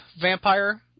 vampire